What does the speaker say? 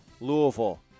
Louisville